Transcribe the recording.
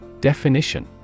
Definition